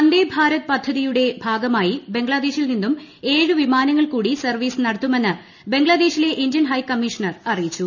വന്ദേ ഭാരത് പദ്ധതിയുടെ ഭാഗമായി ബംഗ്ലാദേശിൽ നിന്നും ഏഴ് വിമാനങ്ങൾ കൂടി സർവ്വീസ് നടത്തുമെന്ന് ബംഗ്ലാദേശിലെ ഇന്ത്യൻ ഹൈക്കമ്മീഷണർ അറിയിച്ചു